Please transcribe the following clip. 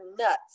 nuts